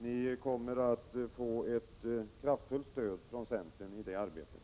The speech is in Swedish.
Ni kommer att få ett kraftfullt stöd från centern i det arbetet.